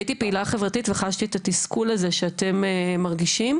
הייתי פעילה חברתית וחשתי את התסכול הזה שאתם מרגישים.